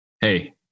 Hey